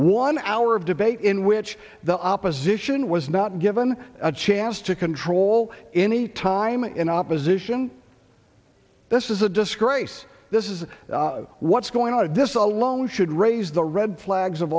one hour of debate in which the opposition was not given a chance to control any time in opposition this is a disgrace this is what's going on this alone should raise the red flags of